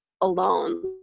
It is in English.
alone